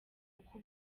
uko